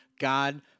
God